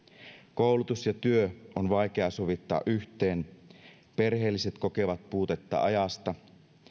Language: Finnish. koulutus ja työ on vaikea sovittaa yhteen perheelliset kokevat puutetta ajasta